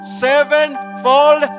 sevenfold